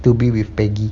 to be with peggy